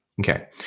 okay